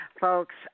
folks